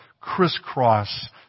crisscross